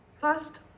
first